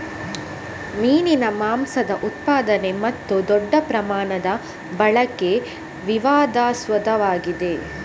ಮೀನಿನ ಮಾಂಸದ ಉತ್ಪಾದನೆ ಮತ್ತು ದೊಡ್ಡ ಪ್ರಮಾಣದ ಬಳಕೆ ವಿವಾದಾಸ್ಪದವಾಗಿದೆ